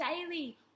daily